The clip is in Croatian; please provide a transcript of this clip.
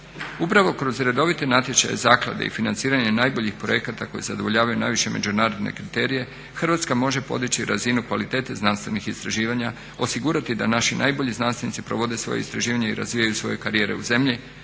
Upravo kroz redovite natječaje, zaklade i financiranje najboljih projekata koji zadovoljavaju najviše međunarodne kriterije Hrvatska može podići razinu kvalitete znanstvenih istraživanja, osigurati da naši najbolji znanstvenici provode svoje istraživanje i razvijaju svoje karijere u zemlji,